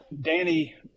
danny